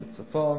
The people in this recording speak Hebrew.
בצפון,